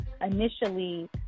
initially